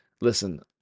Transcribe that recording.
Listen